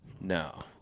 No